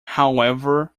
however